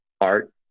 art